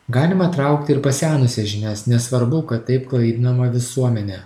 galima traukti ir pasenusias žinias nesvarbu kad taip klaidinama visuomenė